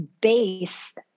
based